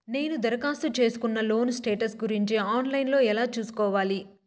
నేను దరఖాస్తు సేసుకున్న లోను స్టేటస్ గురించి ఆన్ లైను లో ఎలా సూసుకోవాలి?